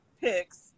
picks